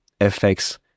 FX